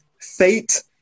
fate